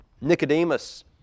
Nicodemus